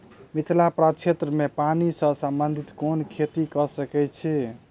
मिथिला प्रक्षेत्र मे पानि सऽ संबंधित केँ कुन खेती कऽ सकै छी?